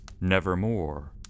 nevermore